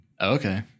Okay